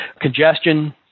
congestion